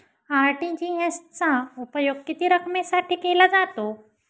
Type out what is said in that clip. RTGS चा उपयोग किती रकमेसाठी केला जातो?